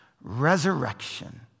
resurrection